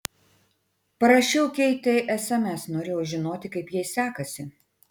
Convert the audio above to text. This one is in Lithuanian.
parašiau keitei sms norėjau žinoti kaip jai sekasi